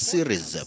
Series